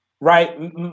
Right